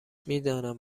میدانم